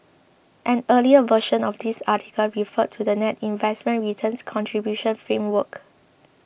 an earlier version of this article referred to the net investment returns contribution framework